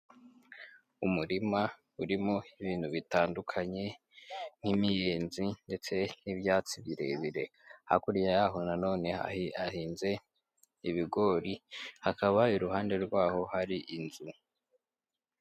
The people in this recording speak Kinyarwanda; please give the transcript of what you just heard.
Umurima urimo ibintu bitandukanye nk'imiyenzi ndetse n'ibyatsi birebire, hakurya yaho none hahinze ibigori hakaba iruhande rwaho hari inzu.